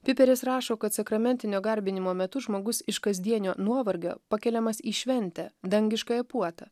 piperis rašo kad sakramentinio garbinimo metu žmogus iš kasdienio nuovargio pakeliamas į šventę dangiškąją puotą